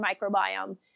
microbiome